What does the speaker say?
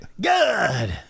Good